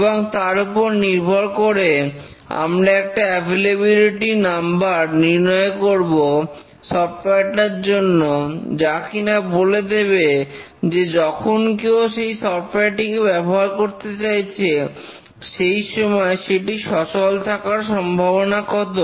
এবং তার উপর নির্ভর করে আমরা একটা অ্যাভেলেবললিটি নাম্বার নির্ণয় করব সফটওয়্যার টার জন্য যা কিনা বলে দেবে যে যখন কেউ সেই সফটওয়্যারটিকে ব্যবহার করতে চাইছে সেই সময় সেটি সচল থাকার সম্ভাবনা কত